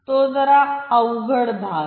तो जरा अवघड भाग आहे